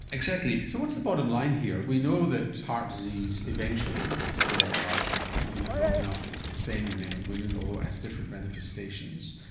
exactly. so what's the bottom line here? we know that heart disease eventually, throughout life, if you live long enough, is the same in men and women, although it has different manifestations.